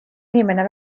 inimene